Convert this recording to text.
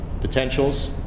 potentials